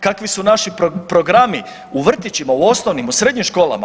Kakvi su naši programi u vrtićima, u osnovnim, u srednjim školama?